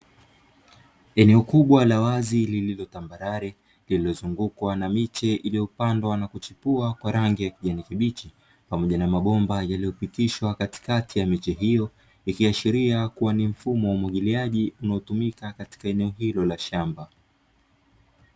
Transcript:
Eneo kubwa la wazi liilo tambarare, lililozungukwa na miche iliyopandwa na kuchepua yenye rangi ya kijani kibichi, pamoja na mabomba yaliyopitishwa katikati ya miche hiyo, ikiashiria kuwa ni mfumo wa umwagiliaji unaotumika katika eneo hilo la shamba.